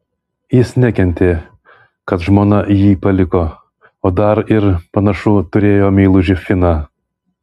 jis nekentė kad žmona jį paliko o dar ir panašu turėjo meilužį finą